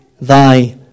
thy